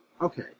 Okay